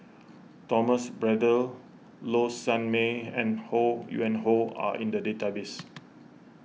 Thomas Braddell Low Sanmay and Ho Yuen Hoe are in the database